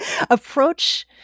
approach